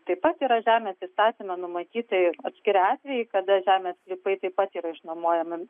taip pat yra žemės įstatyme numatyti atskiri atvejai kada žemės sklypai taip pat yra išnuomojami